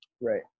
right